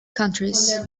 countries